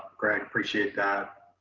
greg. appreciate that.